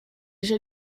nicht